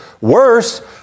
worse